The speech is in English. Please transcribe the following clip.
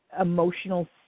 emotional